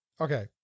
Okay